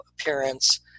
appearance